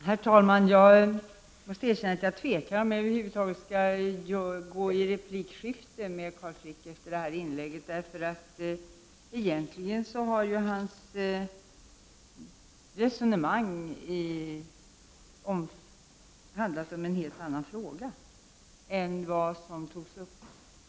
Herr talman! Jag måste säga att jag tvekar om jag efter detta inlägg över huvud taget skall gå in i ett replikskifte med Carl Frick. Egentligen har hans resonemang att göra med en helt annan fråga än den som togs upp i interpellationen.